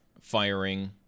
firing